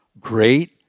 great